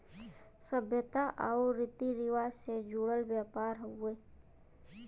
सभ्यता आउर रीती रिवाज से जुड़ल व्यापार हउवे